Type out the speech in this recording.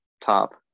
top